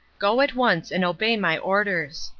go at once and obey my orders.